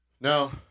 Now